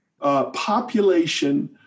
population